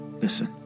Listen